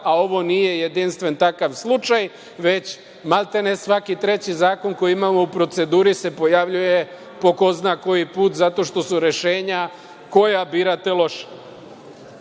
a ovo nije jedinstven takav slučaj, već maltene svaki treći zakon koji imamo u proceduri se pojavljuje po ko zna koji put zato što su rešenja koja birate loša. Neki